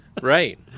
Right